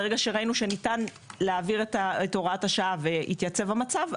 ברגע שראינו שניתן להעביר את הוראת השעה והתייצב המצב,